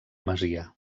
masia